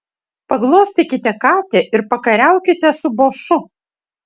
paglostykite katę ir pakariaukite su bošu